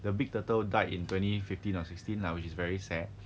the big turtle died in twenty fifteen or sixteen lah which is very sad